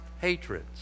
hatreds